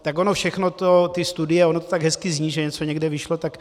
Tak ono všechno to, ty studie, ono to tak hezky zní, že něco někde vyšlo, tak...